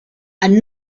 and